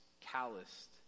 calloused